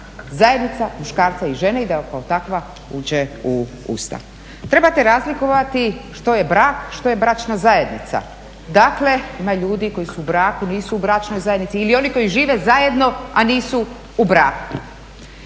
zajednica muškarca i žene i da kao takva uđe u Ustav". Trebate razlikovati što je brak što je bračna zajednica, dakle ima ljudi koji su u braku nisu u bračnoj zajednici ili oni koji žive zajedno, a nisu u braku.